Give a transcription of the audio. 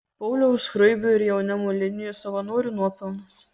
pauliaus skruibio ir jaunimo linijos savanorių nuopelnas